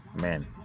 man